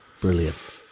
brilliant